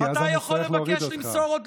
כי אז אני אצטרך להוריד אותך.